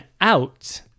out